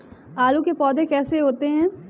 आलू के पौधे कैसे होते हैं?